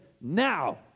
Now